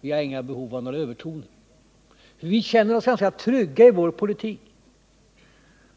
Vi har inga behov av några övertoner, för vi känner oss ganska trygga i vår politik.